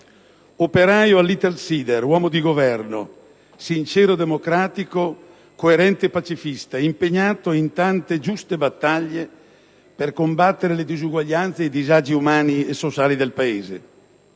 operaio all'Italsider, uomo di Governo, sincero democratico, coerente pacifista, impegnato in tante giuste battaglie per combattere le disuguaglianze e i disagi umani e sociali del Paese.